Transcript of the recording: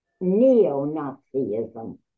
neo-Nazism